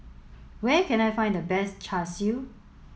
where can I find the best Char Siu